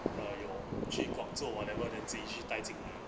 uh your jie kok 做 whatever then 自己去带进